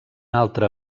altre